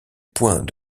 point